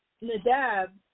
Nadab